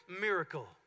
miracle